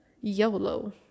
YOLO